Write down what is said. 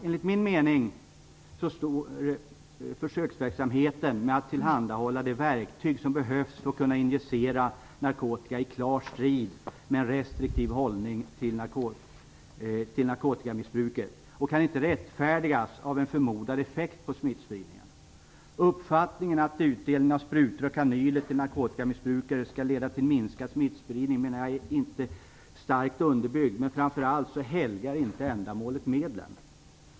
Enligt min mening står försöksverksamheten med att tillhandahålla de verktyg som behövs för att kunna injicera narkotika i klar strid med en restriktiv hållning till narkotikamissbruk och kan inte rättfärdigas av en förmodad effekt på smittspridningen. Uppfattningen att utdelning av sprutor och kanyler till narkotikamissbrukare skulle leda till en minskad smittspridning menar jag inte är starkt underbyggd, men framför allt så helgar inte ändamålet medlen.